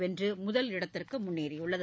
வென்று முதலிடத்திற்கு முன்னேறியுள்ளது